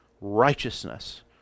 righteousness